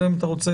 אלא אם אתה רוצה?